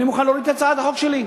אני מוכן להוריד את הצעת החוק שלי.